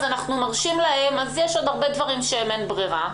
אז יש עוד הרבה דברים שאין ברירה.